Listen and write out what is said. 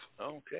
Okay